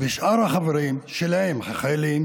ושאר החברים שלהם, החיילים